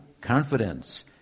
confidence